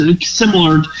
Similar